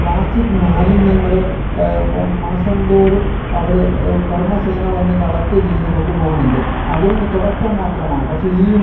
plastic മാലിന്യങ്ങള് മാസംതോറും അവര് കർമസേന വന്ന് കളെക്റ്റ് ചെയ്ത് കൊണ്ടുപോകുന്നുണ്ട് അതൊരു തുടക്കം മാത്രമാണ് പക്ഷെ ഈയും